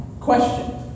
Question